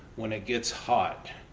when it gets hot,